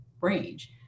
range